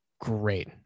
great